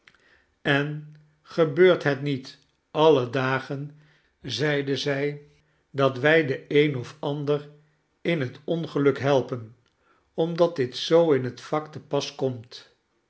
en gebeurt het niet alle dagen zeide zij dat wij den een of ander in het ongeluk helpen omdat dit zoo in het vak te pas komt